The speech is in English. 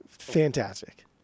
fantastic